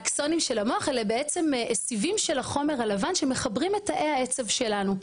אלה בעצם סיבים של החומר הלבן שמחברים את תאי העצב שלנו.